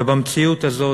ובמציאות הזאת,